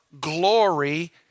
glory